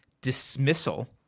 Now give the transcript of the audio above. dismissal